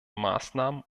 maßnahmen